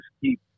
keep